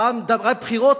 פעם פגרת בחירות,